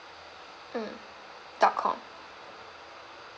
mm dot com